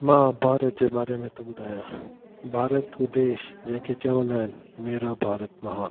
मां भारत जे बारे में थो ॿुधायां भारत देश जंहिंखे चवंदा आहिनि मेरा भारत महान